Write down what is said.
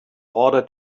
order